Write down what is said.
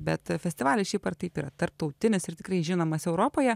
bet festivalis šiaip ar taip yra tarptautinis ir tikrai žinomas europoje